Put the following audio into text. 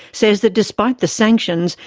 says that despite the sanctions,